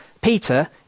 Peter